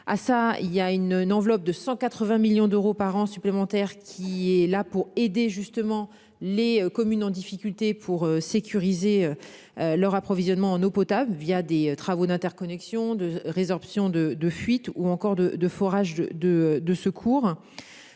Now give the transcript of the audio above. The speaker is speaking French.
Ah ça, il y a une, une enveloppe de 180 millions d'euros par an supplémentaires qui est là pour aider justement les communes en difficulté pour sécuriser. Leur approvisionnement en eau potable via des travaux d'interconnexion de résorption de de fuite ou encore de de forage de de de secours.